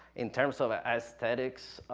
in terms of ah esthetics,